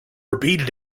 repeated